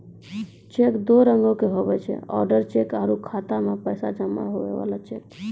cheque दू रंगोके हुवै छै ओडर चेक आरु खाता मे पैसा जमा हुवै बला चेक